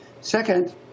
Second